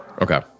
Okay